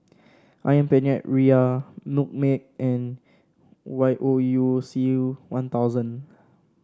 ayam Penyet Ria Milkmaid and Y O U C One Thousand